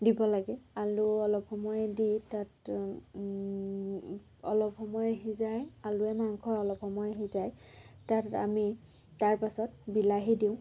দিব লাগে আলু অলপ সময় দি তাত অলপ সময় সিজাই আলুৱে মাংসই অলপ সময় সিজাই তাত আমি তাৰ পাছত বিলাহী দিওঁ